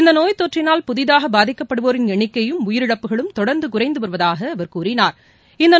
இந்த நோய்த்தொற்றினால் புதிதாக பாதிக்கப்படுவோரின் எண்ணிக்கையும் உயிரிழப்புகளும் தொடர்ந்து குறைந்து வருவதாக அவர் கூறினா்